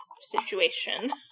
situation